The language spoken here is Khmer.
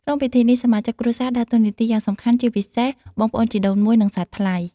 ក្នុងពិធីនេះ សមាជិកគ្រួសារដើរតួនាទីយ៉ាងសំខាន់ ជាពិសេសបងប្អូនជីដូនមួយ និងសាច់ថ្លៃ។